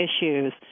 issues